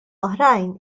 oħrajn